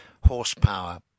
horsepower